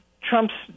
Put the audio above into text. Trump's